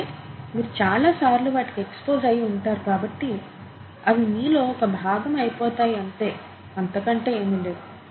అయితే మీరు చాలా సార్లు వాటికీ ఎక్స్పోజ్ ఐయి ఉంటారు కాబట్టి అవి మీలో ఒక భాగం అయిపోతాయి అంతే అంతకంటే ఏమి లేదు